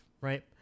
right